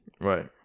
Right